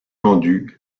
tendu